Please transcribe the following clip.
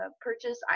purchase